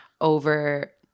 over